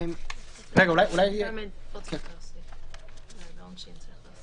פה צריך להוסיף משהו.